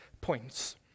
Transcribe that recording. points